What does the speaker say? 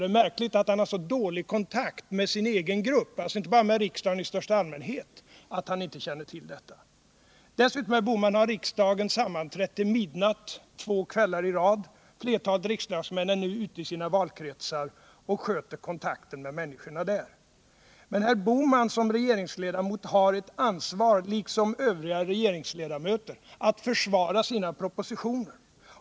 Det är märkligt att Gösta Bohman har så dålig kontakt med sin egen riksdagsgrupp — alltså inte bara med riksdagen i största allmänhet — att han inte känner till detta. Dessutom, herr Bohman, har riksdagen sammanträtt till midnatt två kvällar i rad. Flertalet riksdagsmän är nu ute i sina valkretsar och sköter kontakten med människorna där. Men herr Bohman som regeringsledamot har ett ansvar, liksom övriga regeringsledamöter, att försvara sina propositioner.